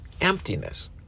emptiness